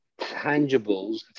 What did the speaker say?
tangibles